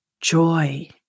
joy